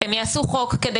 הם יעשו חוק כדי